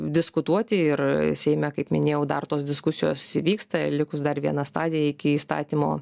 diskutuoti ir seime kaip minėjau dar tos diskusijos vyksta likus dar vieną stadiją iki įstatymo